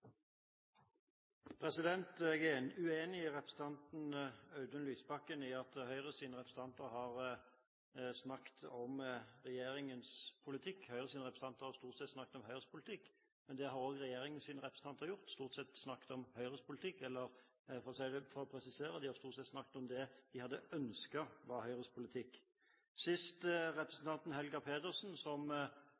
Jeg er uenig med representanten Audun Lysbakken i at Høyres representanter har snakket om regjeringens politikk. Høyres representanter har stort sett snakket om Høyres politikk, men det har også regjeringens representanter gjort. De har stort sett snakket om Høyres politikk, eller for å presisere det: De har stort sett snakket om det de hadde ønsket var Høyres politikk. Sist